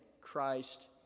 Christ